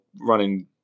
running